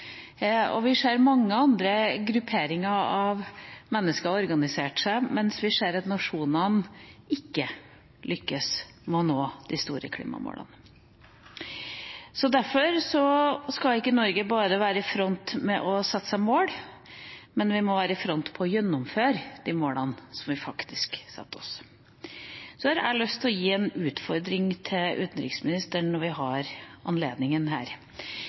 og vi ser mange andre grupperinger av mennesker som har organisert seg, men vi ser at nasjonene ikke lykkes med å nå de store klimamålene. Derfor skal ikke Norge bare være i front med å sette seg mål, men vi må være i front når det gjelder å gjennomføre de målene som vi faktisk setter oss. Så har jeg lyst til å gi en utfordring til utenriksministeren når vi har anledningen her.